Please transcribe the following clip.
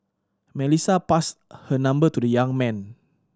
Melissa passed her number to the young man